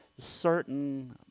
certain